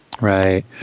Right